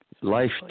life